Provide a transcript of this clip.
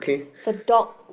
it's a dog